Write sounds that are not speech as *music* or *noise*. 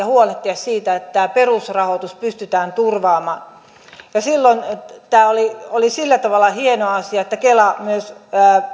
*unintelligible* huolehtia siitä että tämä perusrahoitus pystytään turvaamaan silloin tämä oli oli sillä tavalla hieno asia että kela myös